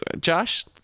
josh